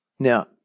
Now